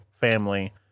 family